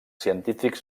científics